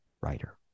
writer